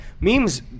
memes